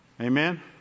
Amen